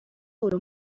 علوم